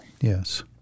Yes